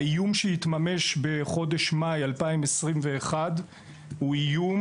האיום שהתממש בחודש מאי 2021 הוא איום